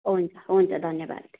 हुन्छ हुन्छ धन्यवाद